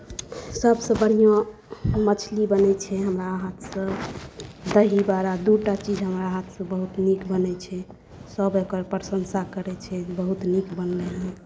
सभसँ बढ़िआँ मछली बनैत छै हमरा हाथसँ दहीवड़ा दू टा चीज हमरा हाथसँ बहुत नीक बनैत छै सभ एकर प्रशंसा करैत छै बहुत नीक बनलैए